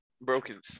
Broken